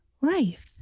life